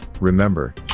remember